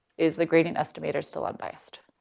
is the gradient estimator still unbiased.